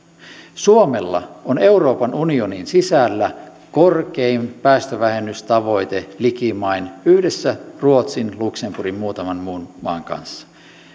suomella on euroopan unionin sisällä likimain korkein päästövähennystavoite yhdessä ruotsin luxemburgin ja muutaman muun maan kanssa